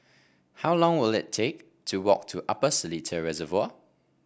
how long will it take to walk to Upper Seletar Reservoir